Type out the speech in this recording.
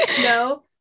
No